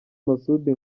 masudi